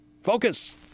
Focus